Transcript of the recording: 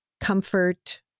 Comfort